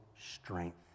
strength